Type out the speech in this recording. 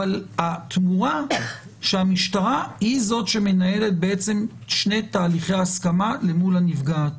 אבל התמורה שהמשטרה היא זאת שמנהלת שני תהליכי הסכמה למול הנפגעת,